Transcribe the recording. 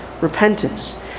repentance